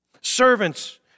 Servants